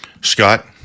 Scott